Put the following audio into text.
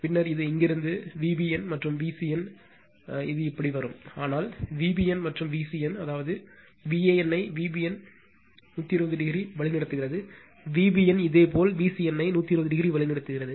பின்னர் இது இங்கிருந்து Vbn மற்றும் Vcn நிச்சயமாக இது இப்படி வரும் ஆனால் Vbn மற்றும் Vcn அதாவது Van ஐ Vbn 120 வழிநடத்துகிறது Vbn இதேபோல் Vcn ஐ 120 o வழிநடத்துகிறது